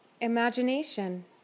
imagination